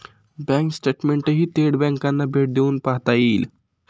bank स्टेटमेंटही थेट बँकांना भेट देऊन पाहता येईल